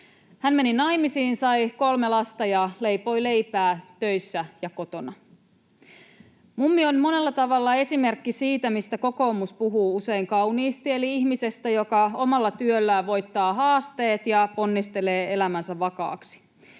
Hän meni naimisiin, sai kolme lasta ja leipoi leipää töissä ja kotona. Mummi on monella tavalla esimerkki siitä, mistä kokoomus puhuu usein kauniisti, eli ihmisestä, joka omalla työllään voittaa haasteet ja ponnistelee elämänsä vakaaksi.